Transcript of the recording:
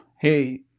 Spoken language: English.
hey